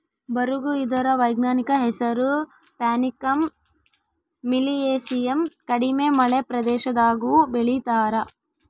ಬರುಗು ಇದರ ವೈಜ್ಞಾನಿಕ ಹೆಸರು ಪ್ಯಾನಿಕಮ್ ಮಿಲಿಯೇಸಿಯಮ್ ಕಡಿಮೆ ಮಳೆ ಪ್ರದೇಶದಾಗೂ ಬೆಳೀತಾರ